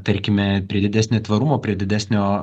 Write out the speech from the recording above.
tarkime prie didesnio tvarumo prie didesnio